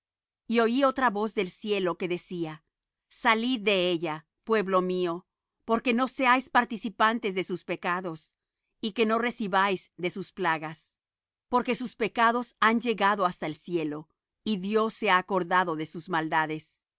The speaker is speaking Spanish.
y oí otra voz del cielo que decía salid de ella pueblo mío porque no seáis participantes de sus pecados y que no recibáis de sus plagas porque sus pecados han llegado hasta el cielo y dios se ha acordado de sus maldades